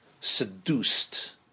seduced